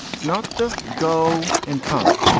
it's not just go and come.